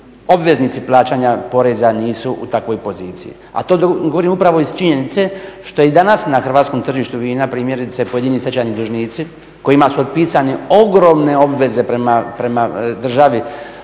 obveznici plaćanja poreza nisu u takvoj poziciji. A to govorim upravo iz činjenice što i danas na hrvatskom tržištu vina primjerice pojedini stečajni dužnici kojima su otpisane ogromne obveze prema državi